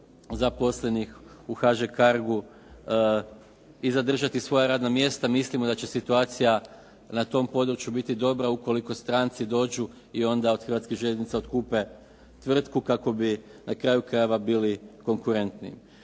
zaposlenih u HŽ Cargu i zadržati svoja radna mjesta. Mislimo da će situacija na tom području biti dobra ukoliko stranci dođu i onda od Hrvatskih željeznica otkupe tvrtku kako bi na kraju krajeva bili konkurentni.